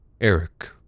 Eric